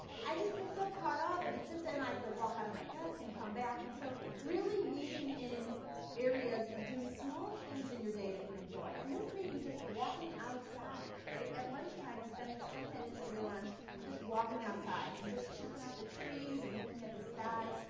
i just get so caught up and it sits there and i have to walk out of my desk and come back. and so really weaving in areas of doing small things in your day that you enjoy. and this may be just walking outside, right? at lunchtime spending ten minutes of your lunch just walking outside and just checking out the trees and looking at the sky.